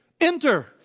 Enter